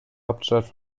hauptstadt